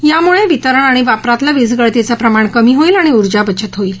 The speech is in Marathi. यामुळे वितरण आणि वापरातलं वीजगळतीचं प्रमाण कमी होईल आणि ऊर्जा बचत होईल